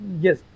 Yes